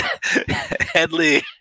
Headley